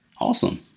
Awesome